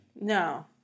No